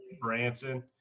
branson